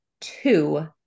two